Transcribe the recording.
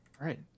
right